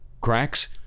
cracks